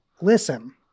Listen